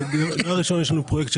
ראשית,